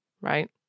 right